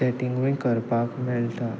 चॅटिंगूय करपाक मेळटा